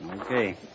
Okay